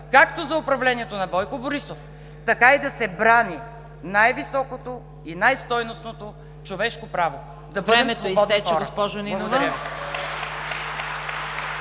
както за управлението на Бойко Борисов, така и да се брани най-високото и най-стойностното човешко право – да бъдем свободни хора.